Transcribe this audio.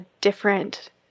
different